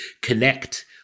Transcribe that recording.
connect